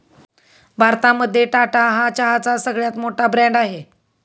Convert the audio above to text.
भारतामध्ये टाटा हा चहाचा सगळ्यात मोठा ब्रँड आहे